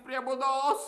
prie būdos